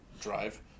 drive